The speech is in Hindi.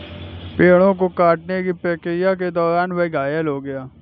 पेड़ों को काटने की प्रक्रिया के दौरान वह घायल हो गया